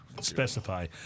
Specify